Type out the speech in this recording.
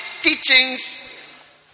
teachings